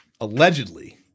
allegedly